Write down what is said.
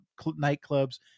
nightclubs